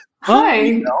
Hi